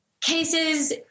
cases